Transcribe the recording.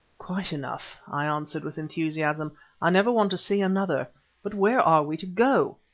quite enough, i answered, with enthusiasm i never want to see another but where are we to go?